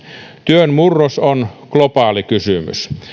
työn murros on globaali kysymys